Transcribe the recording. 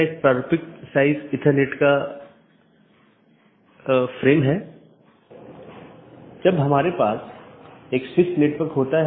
इसलिए हर कोई दुसरे को जानता है या हर कोई दूसरों से जुड़ा हुआ है